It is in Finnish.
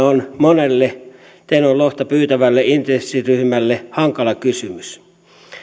on monelle tenon lohta pyytävälle intressiryhmälle hankala kysymys